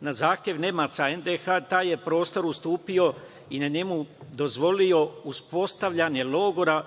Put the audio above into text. na zahtev Nemaca NDH taj je prostor ustupio i na njemu dozvolio uspostavljanje logora,